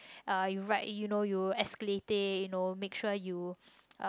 uh you write you know escalate it you know make sure you um